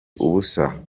ubusa